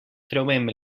trobem